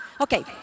Okay